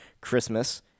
Christmas